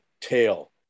tail